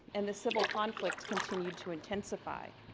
and the civil conflict continued to intensify.